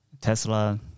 Tesla